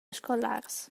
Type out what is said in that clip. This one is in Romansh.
scolars